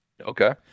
Okay